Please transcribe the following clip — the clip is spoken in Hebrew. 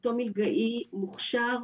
אותו מיידעי מוכשר,